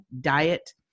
diet